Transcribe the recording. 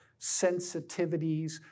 sensitivities